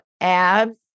abs